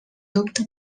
dubte